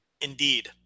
Indeed